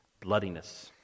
bloodiness